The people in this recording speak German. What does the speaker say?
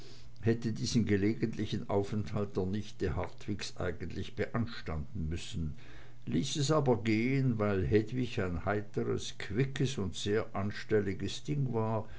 hätte diesen gelegentlichen aufenthalt der nichte hartwigs eigentlich beanstanden müssen ließ es aber gehen weil hedwig ein heiteres quickes und sehr anstelliges ding war